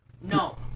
No